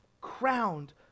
crowned